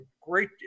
great